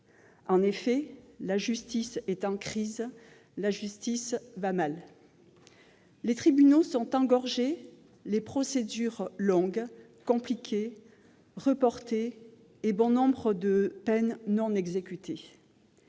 En effet, la justice est en crise et elle va mal. Les tribunaux sont engorgés, les procédures, longues, compliquées, reportées, et bon nombre de peines, non exécutées